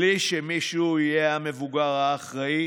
בלי שמישהו יהיה המבוגר האחראי,